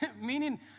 meaning